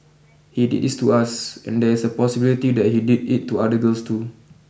he did this to us and there is a possibility that he did it to other girls too